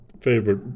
favorite